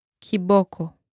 kiboko